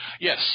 Yes